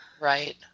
Right